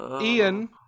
Ian